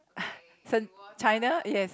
shen~ China yes